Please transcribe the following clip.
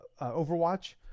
overwatch